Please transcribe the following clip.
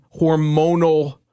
hormonal